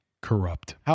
Corrupt